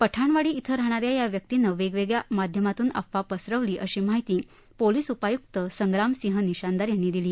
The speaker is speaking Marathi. पठाणवाडी इथं राहणाऱ्या या व्यक्तीनं वेगवेगळ्या माध्यमातून अफवा पसरवली अशी माहिती पोलीस उपय्क्त संग्रामसिंह निशानदार यांनी दिली